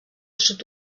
sud